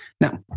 Now